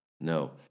No